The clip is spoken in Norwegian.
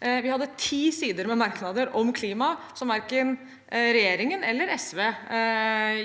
Vi hadde ti sider med merknader om klima, som verken regjeringen eller SV